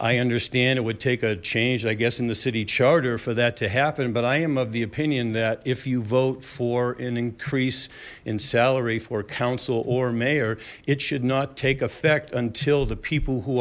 i understand it would take a change i guess in the city charter for that to happen but i am of the opinion that if you vote for an increase in salary for council or mayor it should not take effect until the people who